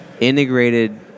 integrated